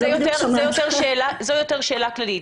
זאת יותר שאלה כללית..